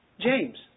James